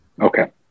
Okay